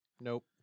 nope